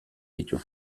ditu